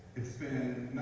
it's been